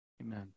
Amen